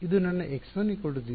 ಇದು ನನ್ನ x1 0